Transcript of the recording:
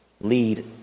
lead